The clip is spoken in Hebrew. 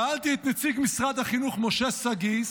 שאלתי את נציג משרד החינוך משה שגיא,